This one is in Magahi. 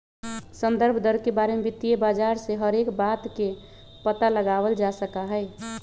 संदर्भ दर के बारे में वित्तीय बाजार से हर एक बात के पता लगावल जा सका हई